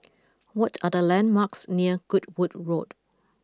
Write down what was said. what are the landmarks near Goodwood Road